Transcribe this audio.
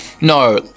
No